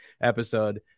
episode